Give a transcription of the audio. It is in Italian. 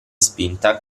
spinta